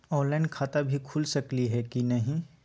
Online खाता भी खुल सकली है कि नही?